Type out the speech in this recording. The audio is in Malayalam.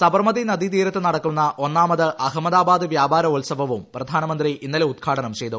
സബർമതി നദീതീരത്ത് നടക്കുന്ന ഒന്നാമത് അഹമ്മദാബാദ് വ്യാപാരോത്സവവും പ്രധാനമന്ത്രി ഇന്നലെ ഉദ്ഘാടനം ചെയ്തു